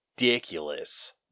ridiculous